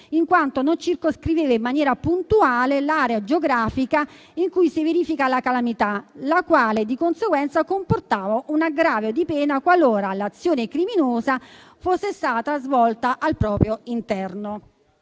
in quanto non circoscriveva in maniera puntuale l'area geografica in cui si verifica la calamità, la quale, di conseguenza, comportava un aggravio di pena qualora l'azione criminosa fosse stata svolta al proprio interno.